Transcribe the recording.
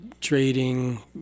trading